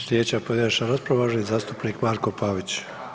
Slijedeća pojedinačna rasprava uvaženi zastupnik Marko Pavić.